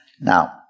Now